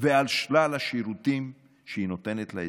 ועל שלל השירותים שהיא נותנת לאזרחים.